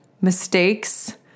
mistakes